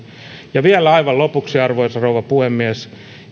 vielä aivan lopuksi arvoisa rouva puhemies